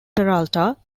peralta